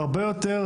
והרבה יותר